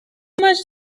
much